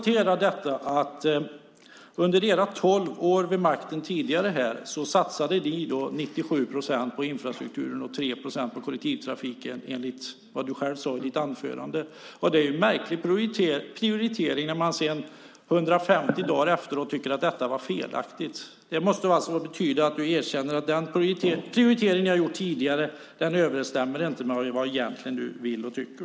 Vi kan konstatera att under era tolv år vid makten tidigare satsade ni 97 procent på infrastrukturen och 3 procent på kollektivtrafiken, enligt vad du själv sade i ditt anförande. Det är en märklig prioritering när man sedan 150 dagar efteråt tycker att detta är felaktigt. Det måste betyda att du erkänner att den prioritering ni har gjort tidigare inte överensstämmer med vad du egentligen vill och tycker.